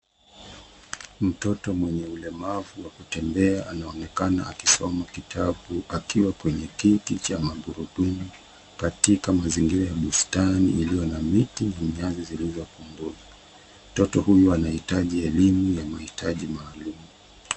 Mtoto mwenye ulemavu wa kutembea anaonekana akisoma kitabu akiwa kwenye kiti cha magurudumu katika mazingira ya bustani iliyo na miti na nyasi zilizopungua. Mtoto huyu anahitaji elimu ya mahitaji maalum.